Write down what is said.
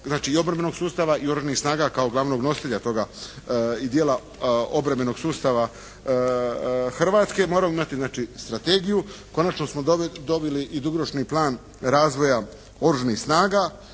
i obrambenog sustava i Oružanih snaga kao glavnog nositelja toga dijela obrambenog sustava Hrvatske, moramo imati znači strategiju. Konačno smo dobili i dugoročni plan razvoja Oružanih snaga.